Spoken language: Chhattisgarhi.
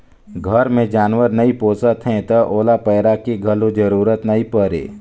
घर मे जानवर नइ पोसत हैं त ओला पैरा के घलो जरूरत नइ परे